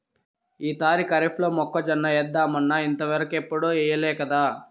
ఈ తూరి కరీఫ్లో మొక్కజొన్న ఏద్దామన్నా ఇంతవరకెప్పుడూ ఎయ్యలేకదా